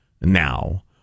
now